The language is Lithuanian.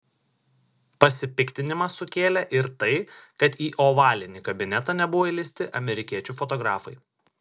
pasipiktinimą sukėlė ir tai kad į ovalinį kabinetą nebuvo įleisti amerikiečių fotografai